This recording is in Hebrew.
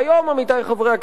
עמיתי חברי הכנסת,